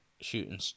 shooting